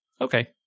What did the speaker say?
okay